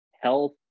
Health